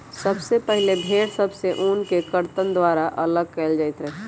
सबसे पहिले भेड़ सभ से ऊन के कर्तन द्वारा अल्लग कएल जाइ छइ